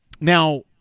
Now